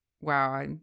Wow